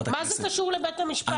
מה זה קשור לבית המשפט?